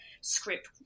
script